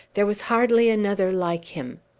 there was hardly another like him.